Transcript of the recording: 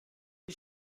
wir